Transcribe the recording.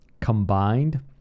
combined